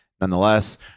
Nonetheless